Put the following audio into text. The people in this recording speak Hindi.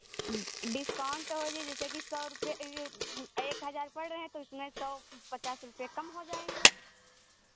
डि डिस्काउंट हो जिही जैसे कि सौ रुपये एक हज़ार पड़ रहे हैं तो उसमें सौ पचास रुपये कम हो जायेंगे